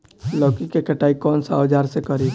लौकी के कटाई कौन सा औजार से करी?